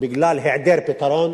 בגלל היעדר פתרון,